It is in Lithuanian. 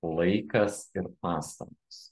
laikas ir pastangos